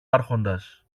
άρχοντας